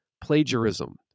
plagiarism